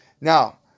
Now